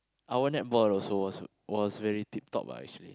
our netball was was was very tip top actually